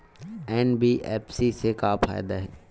NBFC से का फ़ायदा हे?